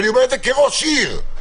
ואני אומר את זה כראש עיר לשעבר,